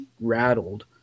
rattled